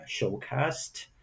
Showcast